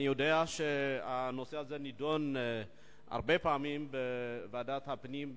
אני יודע שהנושא הזה נדון הרבה פעמים בוועדת הפנים,